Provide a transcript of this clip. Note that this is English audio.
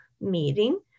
meeting